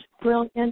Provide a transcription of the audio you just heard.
brilliant